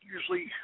usually